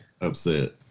Upset